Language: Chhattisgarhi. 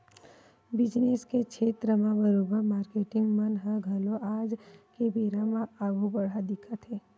बिजनेस के छेत्र म बरोबर मारकेटिंग मन ह घलो आज के बेरा म आघु बड़हत दिखत हे